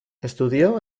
estudió